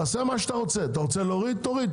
אתה רוצה להוריד תוריד.